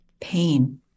pain